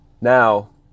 Now